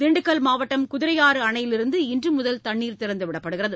திண்டுக்கல் மாவட்டம் குதிரையாறுஅணையிலிருந்து இன்றுமுதல் தண்ணீர் திறந்துவிடப்படுகிறது